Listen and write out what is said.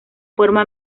forma